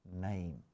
name